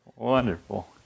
Wonderful